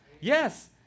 yes